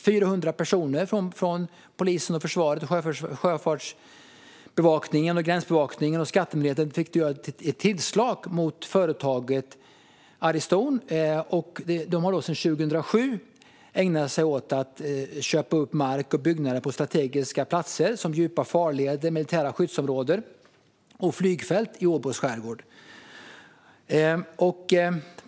400 personer från polisen, försvaret, sjöfartsbevakningen, gränsbevakningen och skattemyndigheten gjorde ett tillslag mot företaget Airiston Helmi. Företaget har sedan 2007 ägnat sig åt att köpa upp mark och byggnader på strategiska platser. Det handlar om djupa farleder, militära skyddsområden och flygfält i Åbos skärgård.